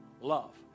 Love